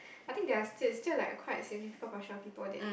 I think there are still still like quite a significant portion of people that